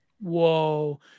Whoa